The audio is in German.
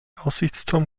aussichtsturm